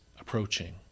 approaching